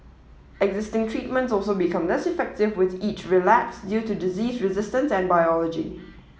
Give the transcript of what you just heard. existing treatments also become less effective with each relapse due to disease resistance and biology